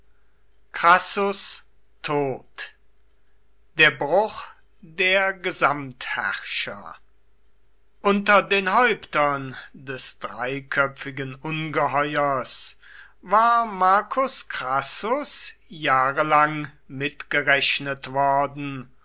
crassus tod der bruch der gesamtherrscher unter den häuptern des dreiköpfigen ungeheuers war marcus crassus jahrelang mitgerechnet worden